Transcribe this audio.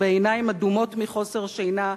בעיניים אדומות מחוסר שינה,